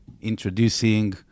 introducing